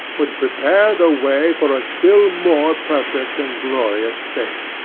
would prepare the way for a still more perfect and glorious state,